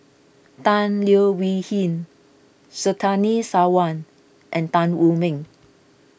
Tan Leo Wee Hin Surtini Sarwan and Tan Wu Meng